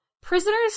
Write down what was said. Prisoners